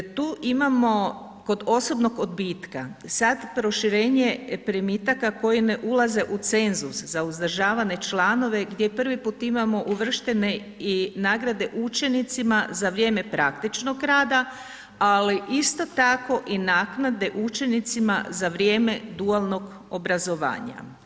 Tu imamo kod osobnog odbitka sad proširenje primitaka koji ne ulaze u cenzus za uzdržavane članove gdje prvi put imamo uvrštene i nagrade učenicima za vrijeme praktičnog rada, ali isto tako i naknade učenicima za vrijeme dualnog obrazovanja.